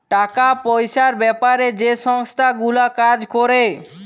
টাকা পয়সার বেপারে যে সংস্থা গুলা কাজ ক্যরে